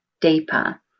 deeper